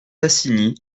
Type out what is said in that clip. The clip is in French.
tassigny